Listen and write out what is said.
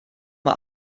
mal